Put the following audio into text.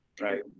Right